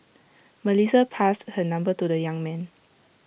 Melissa passed her number to the young man